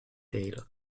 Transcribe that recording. taylor